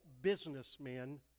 businessmen